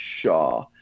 Shaw